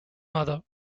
mother